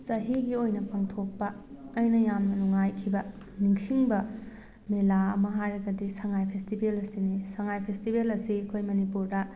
ꯆꯍꯤꯒꯤ ꯑꯣꯏꯅ ꯄꯥꯡꯊꯣꯛꯄ ꯑꯩꯅ ꯌꯥꯝꯅ ꯅꯨꯡꯉꯥꯏꯈꯤꯕ ꯅꯤꯡꯁꯤꯡꯕ ꯃꯦꯂꯥ ꯑꯃ ꯍꯥꯏꯔꯒꯗꯤ ꯁꯉꯥꯏ ꯐꯦꯁꯇꯤꯚꯦꯜ ꯑꯁꯤꯅꯤ ꯁꯉꯥꯏ ꯐꯦꯁꯇꯤꯚꯦꯜ ꯑꯁꯤ ꯑꯩꯈꯣꯏ ꯃꯅꯤꯄꯨꯔꯗ